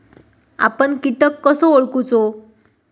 आपन कीटक कसो ओळखूचो?